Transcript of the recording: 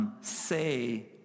Say